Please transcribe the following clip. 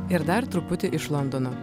ir dar truputį iš londono